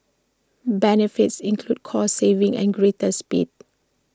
benefits include cost savings and greater speed